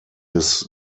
his